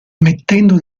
mettendo